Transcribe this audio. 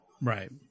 right